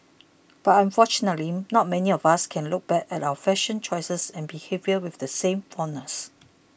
but unfortunately not many of us can look back at our fashion choices and behaviour with the same fondness